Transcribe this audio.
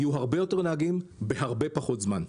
יהיו הרבה יותר נהגים בהרבה פחות זמן.